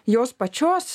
jos pačios